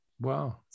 Wow